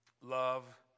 love